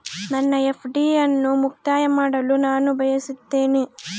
ನನ್ನ ಎಫ್.ಡಿ ಅನ್ನು ಮುಕ್ತಾಯ ಮಾಡಲು ನಾನು ಬಯಸುತ್ತೇನೆ